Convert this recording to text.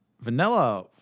Vanilla